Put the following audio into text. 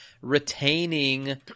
retaining